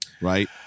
right